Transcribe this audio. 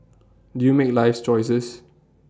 do you make life's choices